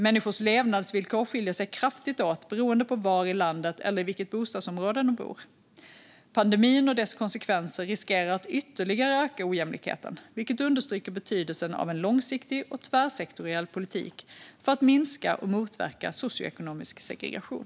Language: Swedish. Människors levnadsvillkor skiljer sig kraftigt åt beroende på var i landet eller i vilket bostadsområde de bor. Pandemin och dess konsekvenser riskerar att ytterligare öka ojämlikheten, vilket understryker betydelsen av en långsiktig och tvärsektoriell politik för att minska och motverka socioekonomisk segregation.